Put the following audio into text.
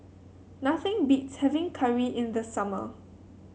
nothing beats having curry in the summer